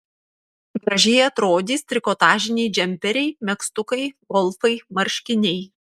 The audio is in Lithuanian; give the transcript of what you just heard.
gražiai atrodys trikotažiniai džemperiai megztukai golfai marškiniai